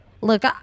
look